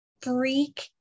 freak